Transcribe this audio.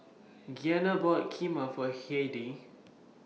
Giana bought Kheema For Heidy